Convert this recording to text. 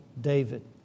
David